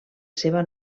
seva